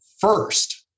first